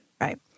Right